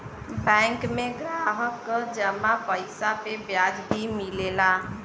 bank में ग्राहक क जमा पइसा पे ब्याज भी मिलला